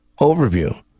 overview